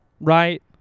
right